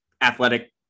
athletic